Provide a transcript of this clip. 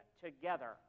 together